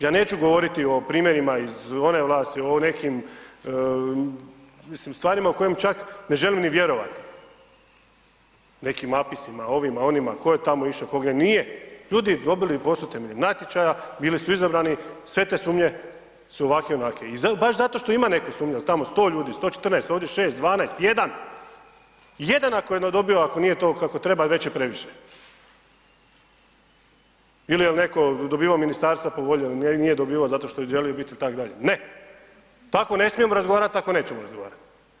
Ja neću govoriti o primjerima iz one vlasti, o nekim mislim stvarima o kojima čak ne želim ni vjerovati, nekim apisima, ovima, onima, tko je tamo išao, tko gdje nije, ljudi su dobili posao temeljem natječaja, bili su izabrani, sve te sumnje su ovakve i onakve i baš zato što ima netko sumnje jel tamo 100 ljudi, 114, ovdje 6, 12, 1, 1 ako je dobio ako to nije kako treba već je previše ili jel netko dobivao ministarstva po volji ili nije dobivao zato što je želio biti itd., ne, tako ne smijemo razgovarat ako nećemo razgovarat.